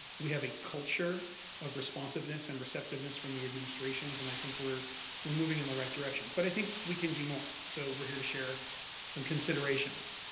we have a culture of responsiveness and receptiveness from the administrations and i think we're we're moving in the right direction. but i think we can do more so we're here to share some considerations.